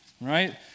right